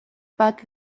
but